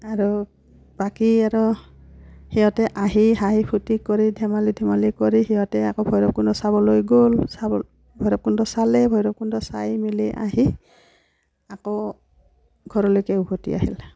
আৰু বাকী আৰু সিহঁতে আহি হাঁহি ফূৰ্তি কৰি ধেমালি ধেমালি কৰি সিহঁতে আকৌ ভৈৰৱকুণ্ড চাবলৈ গ'ল চাব ভৈৰৱকুণ্ড চালে ভৈৰৱকুণ্ড চাই মেলি আহি আকৌ ঘৰলৈকে উভতি আহিলে